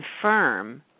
confirm